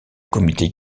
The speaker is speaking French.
comité